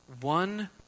One